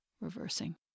reversing